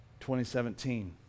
2017